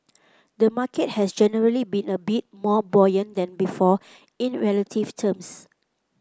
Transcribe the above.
the market has generally been a bit more buoyant than before in relative terms